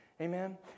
Amen